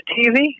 tv